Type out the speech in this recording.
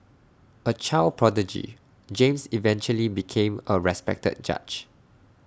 A child prodigy James eventually became A respected judge